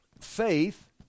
faith